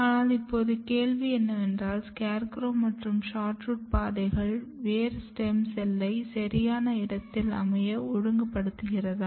ஆனால் இப்போது கேள்வி என்னவென்றால் SCARECROW மற்றும் SHORTROOT பாதைகள் வேர் ஸ்டெம் செல்லை சரியான இடத்தில் அமைய ஒழுங்குபடுத்துகிறதா